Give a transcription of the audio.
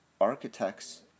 architects